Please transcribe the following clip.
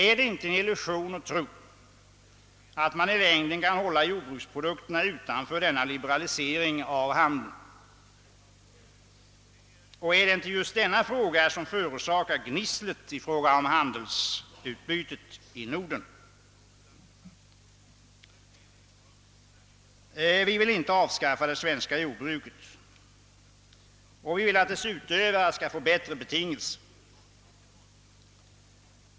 Är det inte en illusion att tro att man i längden kan hålla jordbruksprodukterna utanför denna liberalisering av handeln? är det inte just denna fråga som Vi vill inte avskaffa det svenska jordbruket. Vi vill att dess utövare skall få bättre resurser.